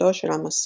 התפתחותו של המסוק.